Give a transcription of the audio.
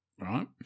Right